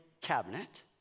cabinet